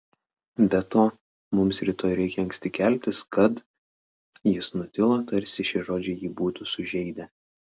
be to mums rytoj reikia anksti keltis kad jis nutilo tarsi šie žodžiai jį būtų sužeidę